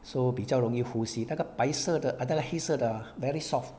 so 比较容易呼吸那个白色的 ah the 黑色的 ah very soft